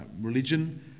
religion